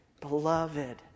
beloved